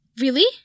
Really